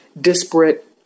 disparate